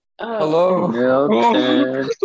Hello